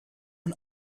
man